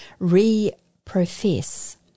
Reprofess